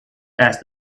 asked